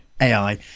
AI